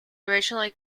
originally